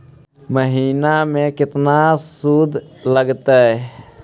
महिना में केतना शुद्ध लगतै?